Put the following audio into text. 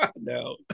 No